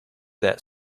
that